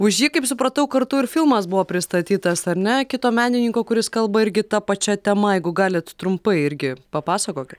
už jį kaip supratau kartu ir filmas buvo pristatytas ar ne kito menininko kuris kalba irgi ta pačia tema jeigu galit trumpai irgi papasakokit